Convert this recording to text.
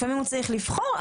לפעמים הוא צריך לבחור,